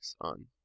on